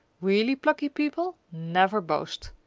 really plucky people never boast,